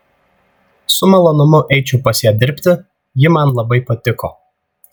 su malonumu eičiau pas ją dirbti ji man labai patiko